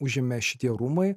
užėmė šitie rūmai